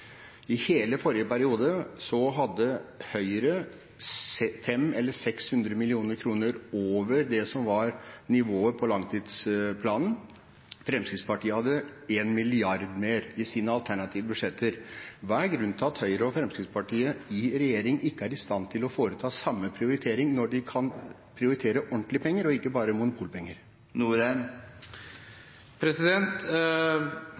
I hele forrige periode lå Høyre 500 mill. kr eller 600 mill. kr over det som var nivået på langtidsplanen, Fremskrittspartiet hadde 1 mrd. kr mer i sine alternative budsjetter. Hva er grunnen til at Høyre og Fremskrittspartiet i regjering ikke er i stand til å foreta samme prioritering når de kan prioritere ordentlige penger og ikke bare monopolpenger?